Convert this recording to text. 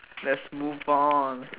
let's move on